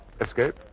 Escape